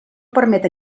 permet